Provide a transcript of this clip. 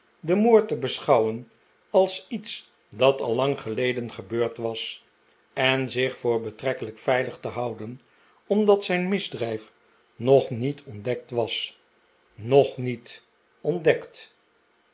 den moord te beschouwen als iets dat al lang geleden gebeurd was en zich voor betrekkelijk veilig te houden omdat zijn misdrijf nog niet ontdekt was nog niet ontdekt